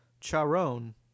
charon